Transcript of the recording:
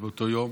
באותו יום.